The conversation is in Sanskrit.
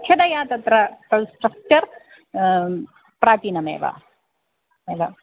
मुख्यतया तत्र कन्स्ट्रक्टर् प्राचीनमेव एव